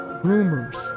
rumors